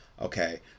okay